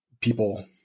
people